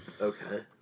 Okay